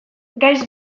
gaiz